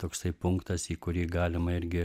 toksai punktas į kurį galima irgi